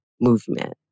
movement